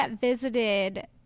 visited